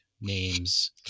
names